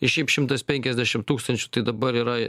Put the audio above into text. šiaip šimtas penkiasdešim tūkstančių tai dabar yra